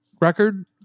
record